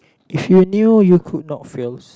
if you knew you could not fails